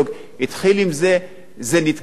זה נתקע בגלל התנגדות של האוצר.